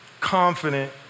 confident